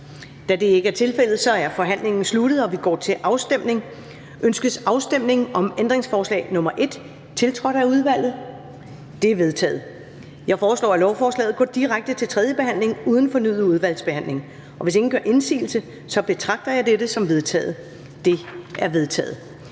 Da det ikke er tilfældet, er forhandlingen sluttet, og vi går til afstemning. Kl. 14:44 Afstemning Første næstformand (Karen Ellemann): Ønskes afstemning om ændringsforslag nr. 1, tiltrådt af udvalget? Det er vedtaget. Jeg foreslår, at lovforslaget går direkte til tredje behandling uden fornyet udvalgsbehandling. Og hvis ingen gør indsigelse, betragter jeg dette som vedtaget. Det er vedtaget.